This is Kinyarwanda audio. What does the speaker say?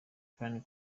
fan